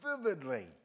vividly